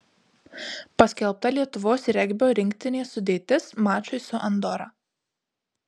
paskelbta lietuvos regbio rinktinės sudėtis mačui su andora